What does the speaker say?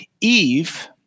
Eve